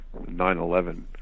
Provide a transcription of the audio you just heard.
9-11